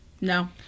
no